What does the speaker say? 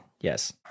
Yes